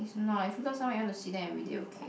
it's not if you love someone you want to see them everyday okay